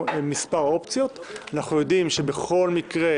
אנחנו מבקשים לדבר בדיון הזה על שלושה נושאים.